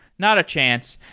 not a chance.